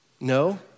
no